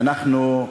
ואנחנו,